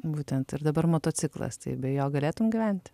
būtent ir dabar motociklas tai be jo galėtum gyventi